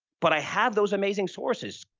but i have those amazing sources,